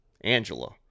Angela